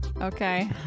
Okay